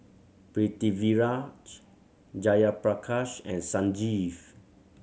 Pritiviraj Jayaprakash and Sanjeev